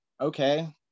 okay